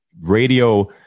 Radio